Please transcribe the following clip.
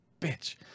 bitch